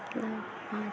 मतलब हाँ